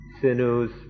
sinews